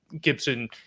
Gibson